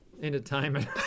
Entertainment